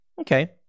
Okay